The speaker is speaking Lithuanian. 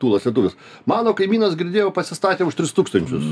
tūlas lietuvis mano kaimynas girdėjau pasistatė už tris tūkstančius